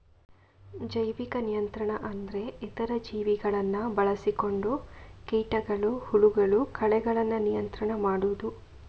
ಜೈವಿಕ ನಿಯಂತ್ರಣ ಅಂದ್ರೆ ಇತರ ಜೀವಿಗಳನ್ನ ಬಳಸಿಕೊಂಡು ಕೀಟಗಳು, ಹುಳಗಳು, ಕಳೆಗಳನ್ನ ನಿಯಂತ್ರಣ ಮಾಡುದು